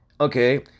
Okay